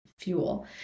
fuel